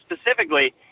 specifically